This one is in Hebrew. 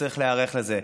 שצריך להיערך לזה,